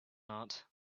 not